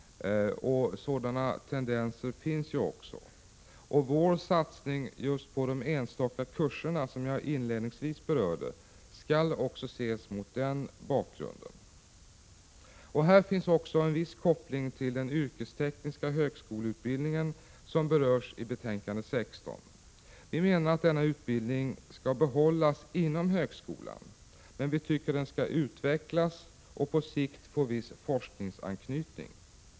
Sådana tendenser finns också. Vår satsning på de enstaka kurserna, som jag inledningsvis berörde, skall också ses mot den bakgrunden. Här finns också en viss koppling till den yrkestekniska högskoleutbildningen som berörs i betänkande 16. Vi menar att denna utbildning skall behållas inom högskolan, men vi tycker den skall utvecklas och på sikt få viss forskningsanknytning.